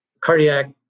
cardiac